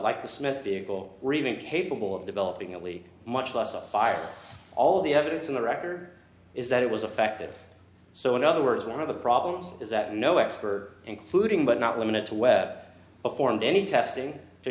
like the smith vehicle remained capable of developing at least much less a fire all the evidence in the record is that it was affected so in other words one of the problems is that no expert including but not limited to web performed any testing to